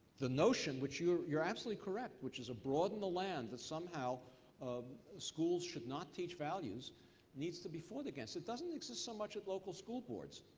notion, which you're you're absolutely correct, which is abroad in the land that somehow um schools should not teach values needs to be fought against. it doesn't exist so much at local school boards,